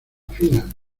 fina